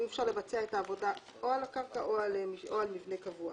אם אי אפשר לבצע את העבודה על הקרקע או על מבנה קבוע